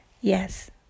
yes